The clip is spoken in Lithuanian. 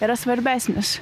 yra svarbesnis